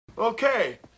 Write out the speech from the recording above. Okay